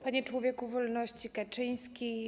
Panie Człowieku Wolności Kaczyński!